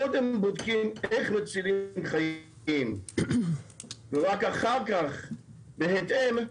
קודם בודקים איך מצילים חיים, ורק אחר כך, בהתאם,